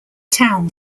town